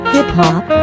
Hip-Hop